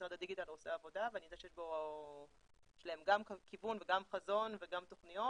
משרד הדיגיטל עושה עבודה ויש להם גם כיוון וגם חזון וגם תוכניות